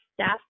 staff